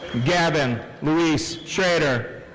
gavin luis schroeder.